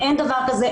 אין דבר כזה,